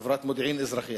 חברת "מודיעין אזרחי",